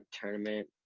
tournament